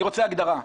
אני רוצה הגדרה.